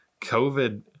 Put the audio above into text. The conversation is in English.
COVID